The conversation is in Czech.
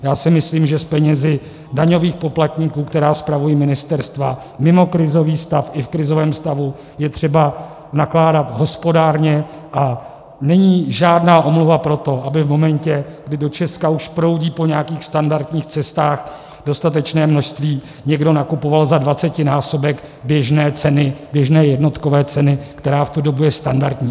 Já si myslím, že s penězi daňových poplatníků, které spravují ministerstva mimo krizový stav i v krizovém stavu, je třeba nakládat hospodárně a není žádná omluva pro to, aby v momentě, kdy do Česka už proudí po nějakých standardních cestách dostatečné množství, někdo nakupoval za dvacetinásobek běžné jednotkové ceny, která je v tu dobu standardní.